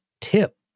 tip